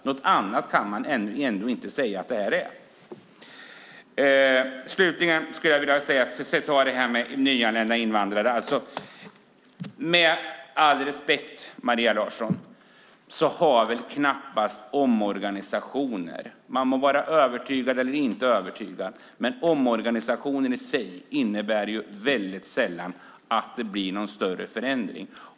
Något annat kan man ändå inte säga att det här är. Slutligen skulle jag vilja ta upp frågan om nyanlända invandrare. Med all respekt, Maria Larsson, innebär väl omorganisationer i sig - man må vara övertygad eller inte övertygad - väldigt sällan att det blir någon större förändring.